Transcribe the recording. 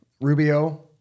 Rubio